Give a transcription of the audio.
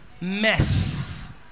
mess